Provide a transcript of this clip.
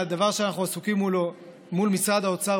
הדבר שאנחנו עסוקים בו מול משרד האוצר,